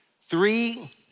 three